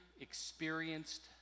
experienced